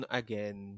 again